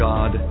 God